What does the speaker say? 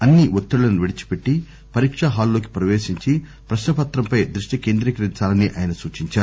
అన్ని ఒత్తిడులను విడిచిపెట్టి పరీక్ష హాల్ లోకి ప్రవేశించి ప్రశ్నాపత్రంపై దృష్టి కేంద్రీకరించాలని ఆయన సూచించారు